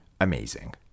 amazing